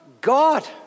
God